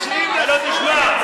אתה לא תשמע.